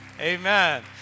Amen